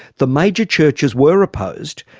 the major churches were opposed,